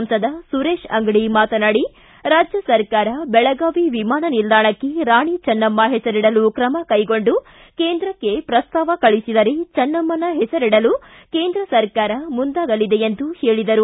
ಸಂಸದ ಸುರೇತ್ ಅಂಗಡಿ ಮಾತನಾಡಿ ರಾಜ್ಯ ಸರ್ಕಾರ ಬೆಳಗಾವಿ ವಿಮಾನ ನಿಲ್ದಾಣಕ್ಕೆ ರಾಣಿ ಚನ್ನಮ್ನ ಹೆಸರಿಡಲು ಕ್ರಮಕ್ಕೆಗೊಂಡು ಕೇಂದ್ರಕ್ಕೆ ಪ್ರಸ್ತಾವ ಕಳಿಸಿದರೆ ಚನ್ನಮ್ಮ ಹೆಸರಿಡಲು ಕೇಂದ್ರ ಸರ್ಕಾರ ಮುಂದಾಗಲಿದೆ ಎಂದು ಹೇಳಿದರು